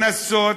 היא נכנסת